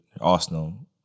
Arsenal